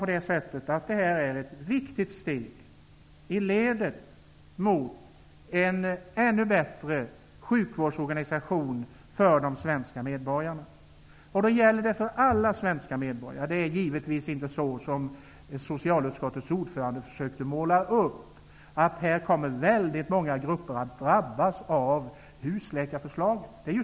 Jag ser detta också som ett viktigt steg i ledet för en ännu bättre sjukvårdsorganisation för de svenska medborgarna. Detta gäller för alla svenska medborgare. Det är givetvis inte på det sätt som socialutskottets ordförande försökte måla upp, att väldigt många grupper kommer att drabbas av husläkarförslaget.